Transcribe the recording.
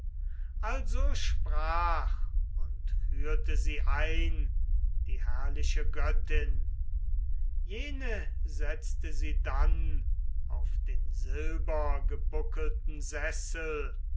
also sprach und führte sie ein die herrliche göttin jene setzte sie dann auf den silbergebuckelten sessel